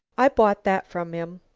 i bought that from him.